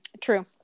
True